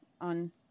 on